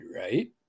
right